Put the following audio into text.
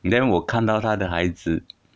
then 我看到她的孩子